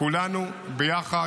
כולנו ביחד.